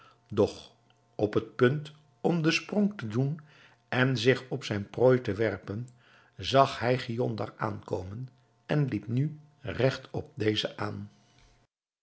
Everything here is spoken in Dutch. doch op het punt om den sprong te doen en zich op zijne prooi te werpen zag hij giondar aankomen en liep nu regt op dezen aan